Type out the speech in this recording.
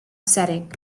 setting